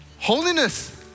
Holiness